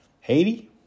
Haiti